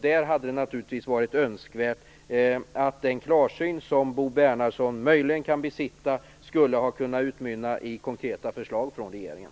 Det hade naturligtvis varit önskvärt att den klarsyn som Bo Bernhardsson möjligen kan besitta skulle ha kunnat utmynna i konkreta förslag från regeringen.